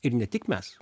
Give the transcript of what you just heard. ir ne tik mes